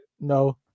No